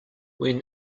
when